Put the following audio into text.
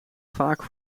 vaak